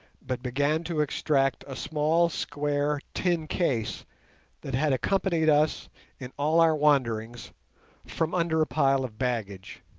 but began to extract a small square tin case that had accompanied us in all our wanderings from under a pile of baggage.